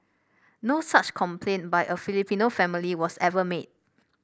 no such complaint by a Filipino family was ever made